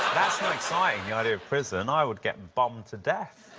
that's not exciting. the idea of prison. i would get bummed to death.